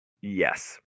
yes